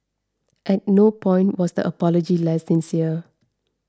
at no point was the apology less sincere